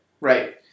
Right